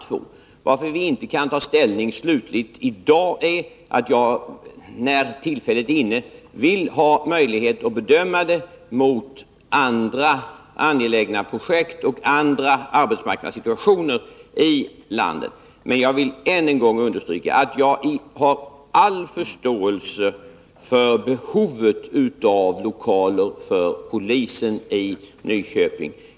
Anledningen till att vi inte kan ta slutlig ställning i dag är att jag, när tillfälle ges, vill ha möjlighet att göra en bedömning gentemot andra angelägna projekt och andra arbetsmarknadssituationer i landet. Men jag vill än en gång understryka att jag har all förståelse för behovet av lokaler för polisen i Nyköping.